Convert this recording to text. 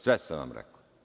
Sve sam vam rekao.